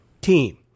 team